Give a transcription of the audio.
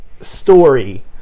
story